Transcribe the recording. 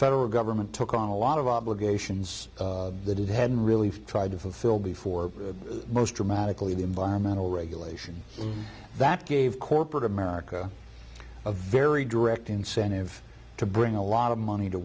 federal government took on a lot of obligations that it hadn't really tried to fulfill before most dramatically the environmental regulation that gave corporate america a very direct incentive to bring a lot of money to